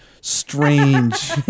strange